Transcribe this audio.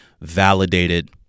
validated